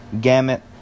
gamut